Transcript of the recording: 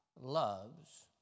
loves